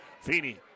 Feeney